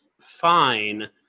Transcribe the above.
fine